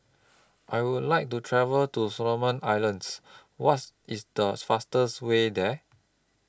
I Would like to travel to Solomon Islands What IS The fastest Way There